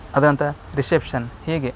ಅದರ ನಂತರ ರಿಸೆಪ್ಷನ್ ಹೀಗೆ